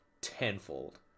tenfold